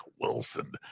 Wilson